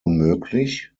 unmöglich